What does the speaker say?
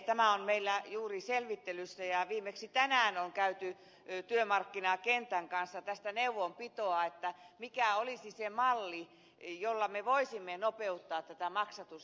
tämä on meillä juuri selvittelyssä ja viimeksi tänään on käyty työmarkkinakentän kanssa tästä neuvonpitoa että mikä olisi se malli jolla me voisimme nopeuttaa tätä maksatusta